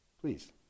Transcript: Please